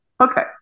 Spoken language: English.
Okay